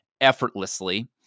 effortlessly